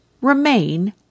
remain